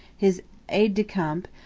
his aide-de-camp,